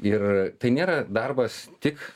ir tai nėra darbas tik